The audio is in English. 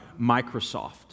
Microsoft